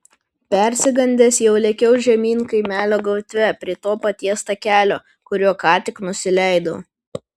persigandęs jau lėkiau žemyn kaimelio gatve prie to paties takelio kuriuo ką tik nusileidau